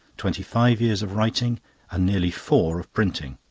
twenty-five years of writing and nearly four of printing.